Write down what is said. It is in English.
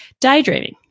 Daydreaming